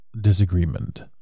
disagreement